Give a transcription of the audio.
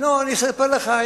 אספר לך.